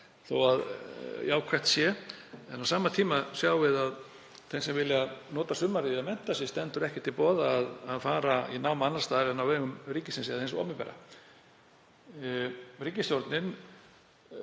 þótt jákvætt sé. En á sama tíma sjáum við að þeim sem vilja nota sumarið í að mennta sig stendur ekki til boða að fara í nám annars staðar en á vegum ríkisins eða hins opinbera.